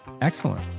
excellent